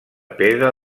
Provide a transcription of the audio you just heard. pedra